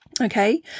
Okay